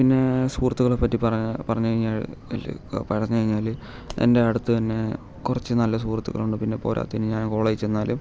പിന്നെ സുഹൃത്തുക്കളെ പറ്റി പറഞ്ഞാൽ കഴിഞ്ഞാൽ ഇല് കഴിഞ്ഞാൽ എൻ്റെ അടുത്ത് തന്നെ കുറച്ച് നല്ല സുഹൃത്തുക്കൾ ഉണ്ട് പിന്നെ പോരാത്തതിന് ഞാൻ കോളേജിൽ ചെന്നാലും